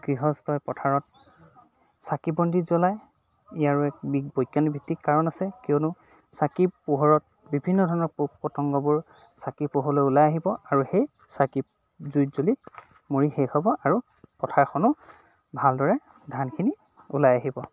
গৃহস্থই পথাৰত চাকি বন্তি জ্বলাই ইয়াৰো এক বৈজ্ঞানিকভিত্তিক কাৰণ আছে কিয়নো চাকিৰ পোহৰত বিভিন্ন ধৰণৰ পোক পতংগবোৰ চাকিৰ পোহৰলৈ ওলাই আহিব আৰু সেই চাকিৰ জুইত জ্বলি মৰি শেষ হ'ব আৰু পথাৰখনো ভালদৰে ধানখিনি ওলাই আহিব